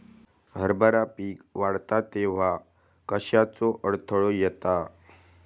हरभरा पीक वाढता तेव्हा कश्याचो अडथलो येता?